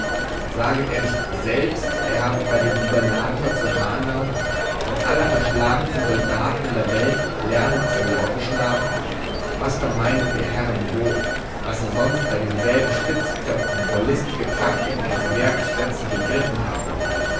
saget er nicht selbst er habe bei dem gubernator zu hanau den allerverschlagnesten soldaten in der welt lernen auf der lauten schlagen was vermeinet ihr herren wohl was er sonst bei denselben spitzköpfen vor listige praktiken ins werk zu setzen begriffen habe